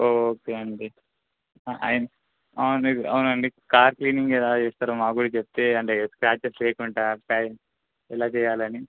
okay అండి అ అవును అవునండి కార్ క్లీనింగ్ ఎలా చేస్తారు మాక్కూడా చెప్తే అంటే స్క్రాచెస్ లేకుండా షైన్ ఎలా చేయాలని